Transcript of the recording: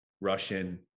Russian